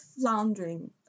floundering